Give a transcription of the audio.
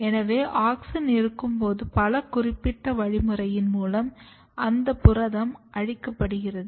எனவே ஆக்ஸின் இருக்கும் போது ஒரு குறிப்பிட்ட வழிமுறையின் மூலம் அந்த புரதம் அழிக்கப்படுகிறது